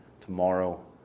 tomorrow